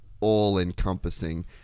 all-encompassing